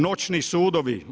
Noćni sudovi.